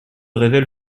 révèle